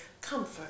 comfort